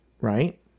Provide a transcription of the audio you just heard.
right